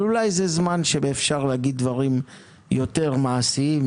אבל אולי זה זמן שאפשר לומר דברים יותר מעשיים,